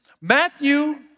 Matthew